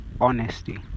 honesty